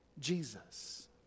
Jesus